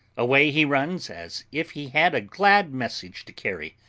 away he runs, as if he had a glad message to carry,